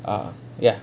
ah ya